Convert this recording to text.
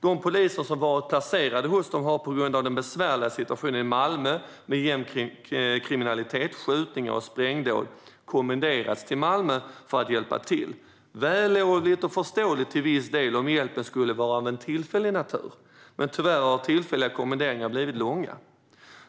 De poliser som har varit placerade där har på grund av den besvärliga situationen i Malmö, med gängkriminalitet, skjutningar och sprängdåd, kommenderats till Malmö för att hjälpa till. Detta är vällovligt och till viss del förståeligt, om hjälpen skulle vara av en tillfällig natur, men tyvärr har tillfälliga kommenderingar blivit långa.